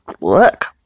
look